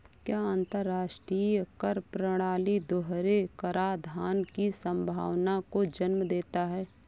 क्या अंतर्राष्ट्रीय कर प्रणाली दोहरे कराधान की संभावना को जन्म देता है?